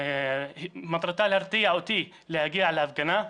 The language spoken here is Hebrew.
מטרתה להרתיע אותי להגיע להפגנה.